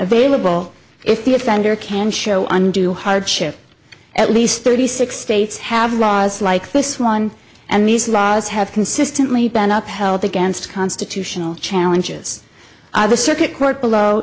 available if the offender can show undue hardship at least thirty six states have laws like this one and these laws have consistently been up held against constitutional challenges other circuit court below